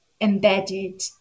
embedded